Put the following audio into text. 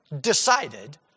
decided